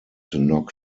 knock